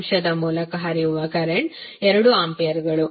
ಅಂಶದ ಮೂಲಕ ಹರಿಯುವ ಕರೆಂಟ್ 2 ಆಂಪಿಯರ್ಗಳು